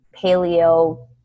paleo